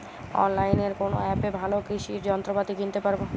অনলাইনের কোন অ্যাপে ভালো কৃষির যন্ত্রপাতি কিনতে পারবো?